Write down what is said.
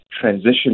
transition